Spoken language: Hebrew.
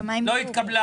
הצבעה לא אושר לא התקבלה.